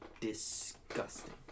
Disgusting